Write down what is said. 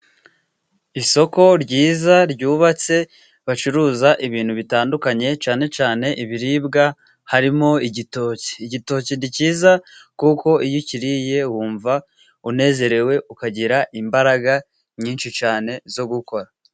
Isoko ryiza ryubatse, bacuruza ibintu bitandukanye cyane cyane ibiribwa, harimo igitoki. Igitoki ni cyiza, kuko iyo ukiriye wumva unezerewe, ukagira imbaraga nyinshi cyane zo gukora.